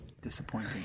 disappointing